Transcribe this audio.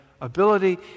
ability